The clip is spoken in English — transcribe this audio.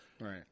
Right